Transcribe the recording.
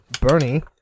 Bernie